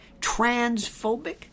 transphobic